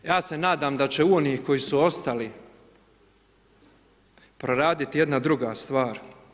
Ja se nadam da će u onih koji su ostali, proraditi jedna druga stvar.